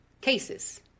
cases